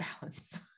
balance